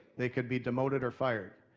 they could be demoted or fired.